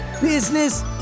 business